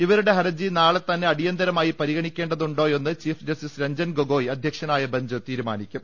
ഇവരുടെ ഹർജി നാളെ തന്നെ അടിയന്തിരമായി പരിഗണിക്കേണ്ടതുണ്ടോയെന്ന് ചീഫ് ജസ്റ്റിസ് രഞ്ജൻ ഗൊഗോയ് അധ്യക്ഷനായ് ബ്ബെഞ്ച് തീരുമാനി ക്കും